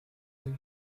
the